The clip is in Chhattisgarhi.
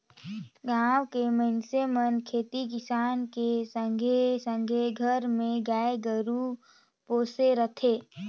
गाँव के मइनसे मन खेती किसानी के संघे संघे घर मे गाय गोरु पोसे रथें